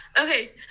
Okay